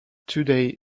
today